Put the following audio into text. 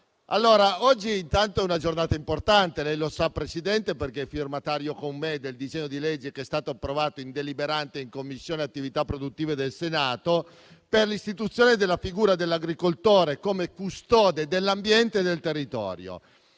nulla. Oggi intanto è una giornata importante. Lei lo sa, Presidente, perché è firmatario con me del disegno di legge che è stato approvato in sede deliberante in Commissione attività produttive del Senato per l'istituzione della figura dell'agricoltore come custode dell'ambiente e del territorio.